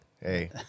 hey